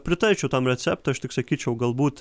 pritarčiau tam receptui aš tik sakyčiau galbūt